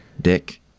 Dick